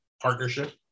partnership